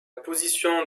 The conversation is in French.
position